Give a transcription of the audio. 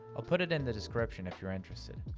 i'll put it in the description if you're interested.